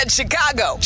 Chicago